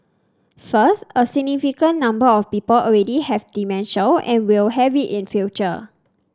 first a significant number of people already have dementia and will have it in future